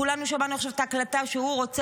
כולנו שמענו עכשיו את ההקלטה שהוא רוצה